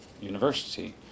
university